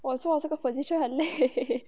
我做的这个 position 很累